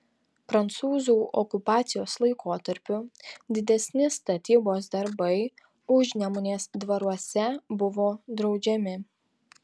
prancūzų okupacijos laikotarpiu didesni statybos darbai užnemunės dvaruose buvo draudžiami